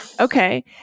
Okay